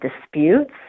disputes